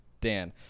Dan